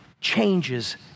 changes